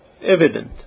evident